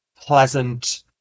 pleasant